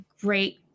great